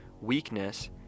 weakness